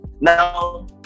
now